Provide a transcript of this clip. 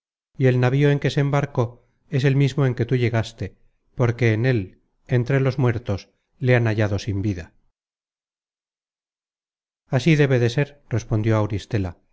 y el navío en que se embarcó es el mismo en que tú llegaste porque en él entre los muertos le han hallado sin vida así debe de ser respondió auristela